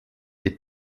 est